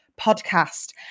podcast